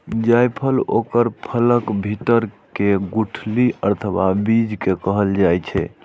जायफल ओकर फलक भीतर के गुठली अथवा बीज कें कहल जाइ छै